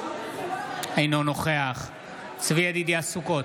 אינו נוכח צבי ידידיה סוכות,